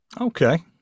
Okay